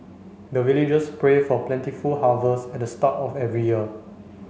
the villagers pray for plentiful harvest at the start of every year